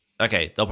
okay